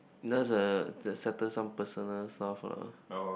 just a to settle some personal stuff lah